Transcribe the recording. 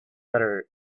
better